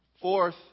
Fourth